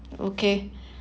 okay